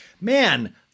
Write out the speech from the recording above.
man